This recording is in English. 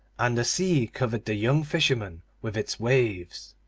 and the sea covered the young fisherman with its waves.